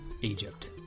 Egypt